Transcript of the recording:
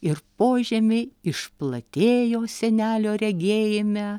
ir požemiai išplatėjo senelio regėjime